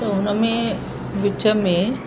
त हुन में विच में